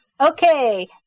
Okay